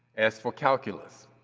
as for calculus,